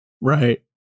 Right